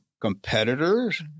competitors